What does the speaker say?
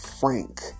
frank